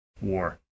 War